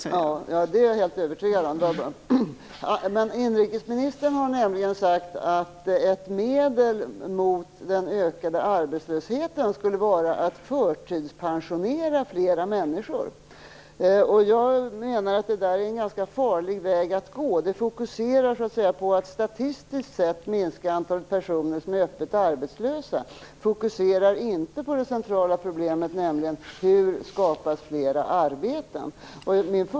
Fru talman! Det är jag helt övertygad om. Inrikesministern har nämligen sagt att ett medel mot den ökade arbetslösheten skulle vara att förtidspensionera fler människor. Jag menar att det är en ganska farlig väg att gå. Det fokuserar på att statistiskt minska antalet personer som är öppet arbetslösa. Det fokuserar inte på det centrala problemet, nämligen hur det skapas fler arbeten.